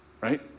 right